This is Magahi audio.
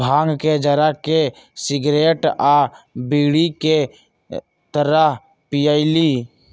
भांग के जरा के सिगरेट आ बीड़ी के तरह पिअईली